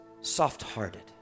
soft-hearted